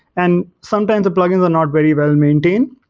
and sometimes the plugins are not very well maintained.